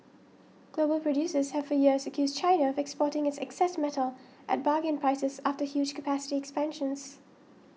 global producers have for years accused China of exporting its excess metal at bargain prices after huge capacity expansions